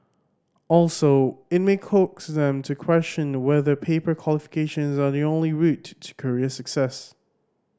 also it may coax them to question whether paper qualifications are the only route to career success